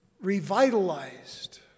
revitalized